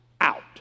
out